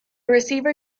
receiver